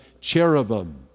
cherubim